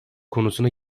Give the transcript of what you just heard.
konusuna